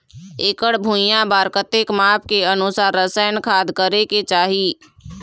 एकड़ भुइयां बार कतेक माप के अनुसार रसायन खाद करें के चाही?